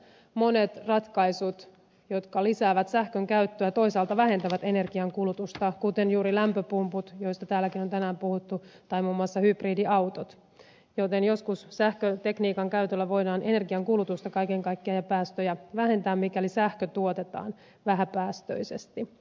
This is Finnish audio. monet ratkaisut jotka lisäävät sähkön käyttöä toisaalta vähentävät energian kulutusta kuten juuri lämpöpumput joista täälläkin on tänään puhuttu tai muun muassa hybridiautot joten joskus sähkötekniikan käytöllä voidaan energiankulutusta ja päästöjä kaiken kaikkiaan vähentää mikäli sähkö tuotetaan vähäpäästöisesti